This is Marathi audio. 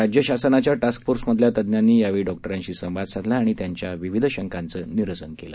राज्यशासनाच्या टास्कफोर्समधल्या तज्ञांनी यावेळी डॉक्टरांशी संवाद साधला आणि त्यांच्या विविध शंकांचं निरसन केलं